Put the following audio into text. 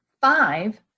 Five